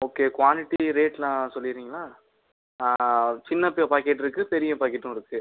okay quantity ரேட்லாம் சொல்லிறீங்களா சின்ன து பாக்கெட் இருக்குது பெரிய பாக்கெட்டும் இருக்குது